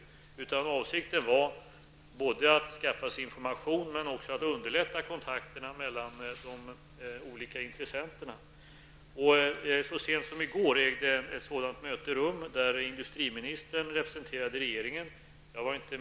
Regeringens avsikt är både att skaffa sig information och att underlätta kontakterna mellan de olika intressenterna. Så sent som i går ägde ett sådant möte rum. I detta representerades regeringen av industriministern.